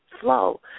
flow